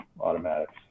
automatics